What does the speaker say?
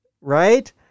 right